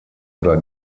oder